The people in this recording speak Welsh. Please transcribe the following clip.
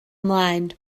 ymlaen